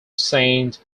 saint